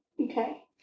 Okay